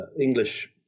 English